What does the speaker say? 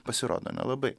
pasirodo nelabai